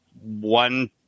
one